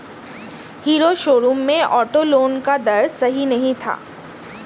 hero showroom में auto loan का दर सही नहीं था